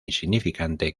insignificante